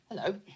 Hello